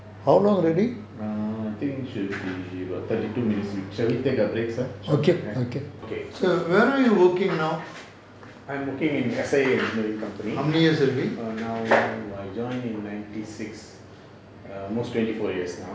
err I think should be about thirty two minutes we shall we take a break sir we're working now I'm working in S_I_A engineering company err now I join in ninety six err almost twenty four years now